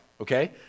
okay